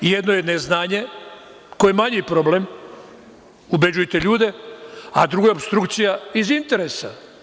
Jedno je neznanje, koje je manji problem, ubeđujete ljude, a drugo je opstrukcija iz interesa.